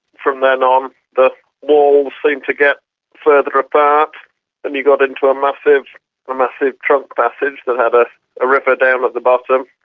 from then on um the walls seemed to get further apart and you got into a massive ah massive trunk passage that had ah a river down at the bottom.